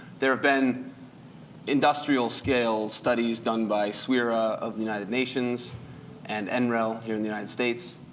there have been industrial scale studies done by swera of the united nations and enrel here in the united states,